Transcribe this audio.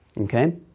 okay